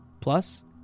Plus